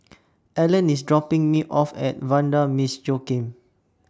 Allan IS dropping Me off At Vanda Miss Joaquim